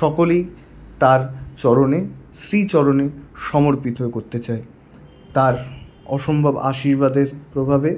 সকলই তার চরণে শ্রীচরণে সমর্পিত করতে চাই তার অসম্ভব আশীর্বাদের প্রভাবে